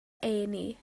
eni